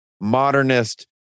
modernist